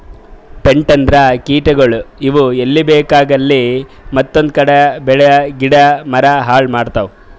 pest ಅಂದ್ರ ಕೀಟಗೋಳ್, ಇವ್ ಎಲ್ಲಿ ಬೇಕಾಗಲ್ಲ ಅಲ್ಲೇ ಮೆತ್ಕೊಂಡು ಬೆಳಿ ಗಿಡ ಮರ ಹಾಳ್ ಮಾಡ್ತಾವ್